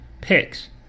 picks